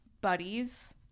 buddies